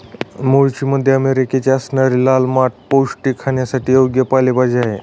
मूळची मध्य अमेरिकेची असणारी लाल माठ पौष्टिक, खाण्यासाठी योग्य पालेभाजी आहे